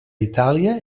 itàlia